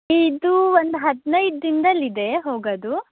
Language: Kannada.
ಇದು ಒಂದು ಹದಿನೈದು ದಿನದಲ್ಲಿ ಇದೆ ಹೋಗೋದು